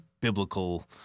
biblical